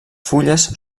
fulles